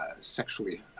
sexually